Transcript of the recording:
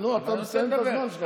אתה מסיים את הזמן שלך.